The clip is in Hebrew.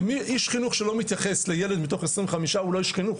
ומי איש חינוך שלא מתייחס לילד מתוך 25 הוא לא איש חינוך,